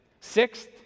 sixth